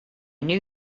knew